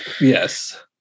yes